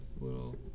little